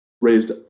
raised